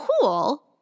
cool